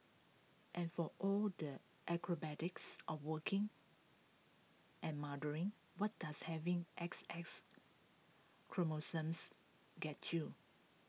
and for all the acrobatics of working and mothering what does having X X chromosomes get you